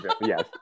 yes